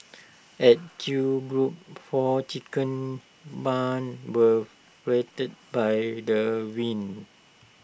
at chew's group four chicken barns were flattened by the winds